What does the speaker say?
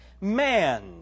man